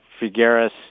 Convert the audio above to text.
Figueres